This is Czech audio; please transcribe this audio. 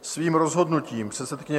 Svým rozhodnutím předsedkyně